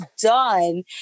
done